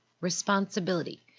responsibility